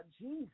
Jesus